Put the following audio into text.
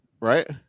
right